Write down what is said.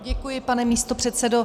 Děkuji, pane místopředsedo.